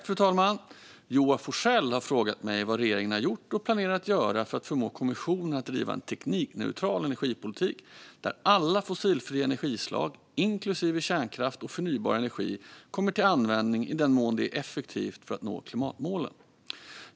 Fru talman! har frågat mig vad regeringen har gjort och planerar att göra för att förmå kommissionen att driva en teknikneutral energipolitik där alla fossilfria energislag, inklusive kärnkraft och förnybar energi, kommer till användning i den mån det är effektivt för att nå klimatmålen.